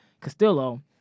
Castillo